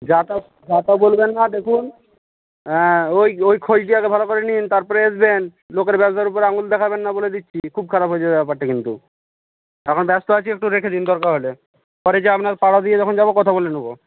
যা তা যা তা বলবেন না দেখুন হ্যাঁ ওই ওই খোঁজটি আগে ভালো করে নিন তারপর আসবেন লোকের ব্যবসার উপর আঙুল দেখাবেন না বলে দিচ্ছি খুব খারাপ হয়ে যাবে ব্যাপারটা কিন্তু এখন ব্যস্ত আছি একটু রেখে দিন দরকার হলে পরে গিয়ে আপনার পাড়া দিয়ে যখন যাব কথা বলে নেব